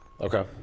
okay